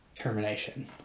termination